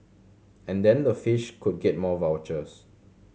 and then the fish could get more vouchers